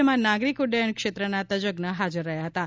જેમાં નાગરિક ઉડ્ડયન ક્ષેત્રના તજજ્ઞ હાજર રહ્યાં હતાં